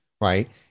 right